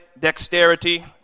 dexterity